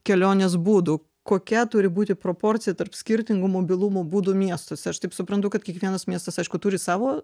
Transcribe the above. kelionės būdų kokia turi būti proporcija tarp skirtingų mobilumo būdų miestuose aš taip suprantu kad kiekvienas miestas aišku turi savo